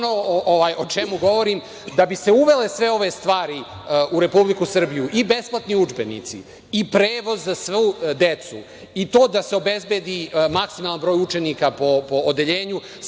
ono o čemu govorim. Da bi se uvele sve ove stvari u Republiku Srbiju, i besplatni udžbenici i prevoz za svu decu, i to da se obezbedi maksimalan broj učenika po odeljenju,